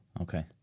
Okay